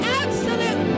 absolute